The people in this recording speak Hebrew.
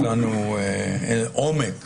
עומק